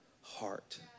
heart